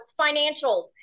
financials